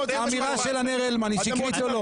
אמירה של ענר הלמן היא שקרית או לא?